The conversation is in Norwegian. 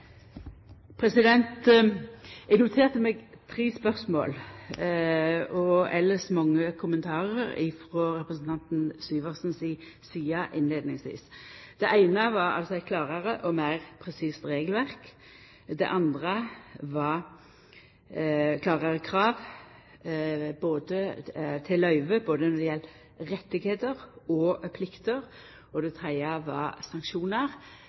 Eg noterte meg tre spørsmål, og elles mange kommentarar frå representanten Syversen si side innleiingsvis. Det eine var eit klarare og meir presist regelverk. Det andre var klarare krav til løyve, både når det gjeld rettar og plikter. Og det tredje var sanksjonar.